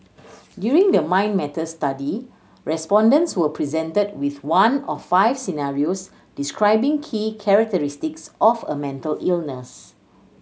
during the Mind Matters study respondents were presented with one of five scenarios describing key characteristics of a mental illness